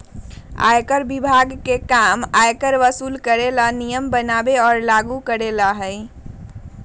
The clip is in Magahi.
आयकर विभाग के काम आयकर वसूल करे ला नियम बनावे और लागू करेला हई